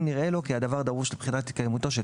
אם נראה לו כי הדבר דרוש לבחינת התקיימותו של